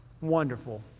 wonderful